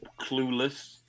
clueless